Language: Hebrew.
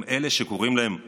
היא אלה שקוראים להם הרוסים,